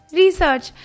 research